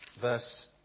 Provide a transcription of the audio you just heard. Verse